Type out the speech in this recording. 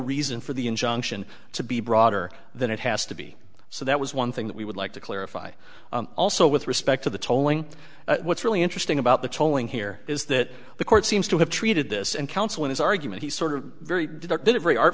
reason for the injunction to be broader than it has to be so that was one thing that we would like to clarify also with respect to the tolling what's really interesting about the tolling here is that the court seems to have treated this and counsel in its argument he sort of very very